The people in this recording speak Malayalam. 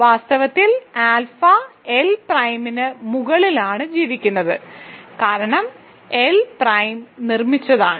വാസ്തവത്തിൽ ആൽഫ എൽ പ്രൈംന് മുകളിലാണ് ജീവിക്കുന്നത് കാരണം എൽ പ്രൈം നിർമ്മിച്ചതാണ്